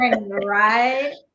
Right